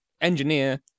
engineer